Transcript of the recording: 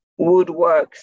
woodworks